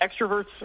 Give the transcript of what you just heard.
Extroverts